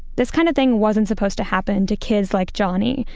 this kind of thing wasn't supposed to happen to kids like johnny,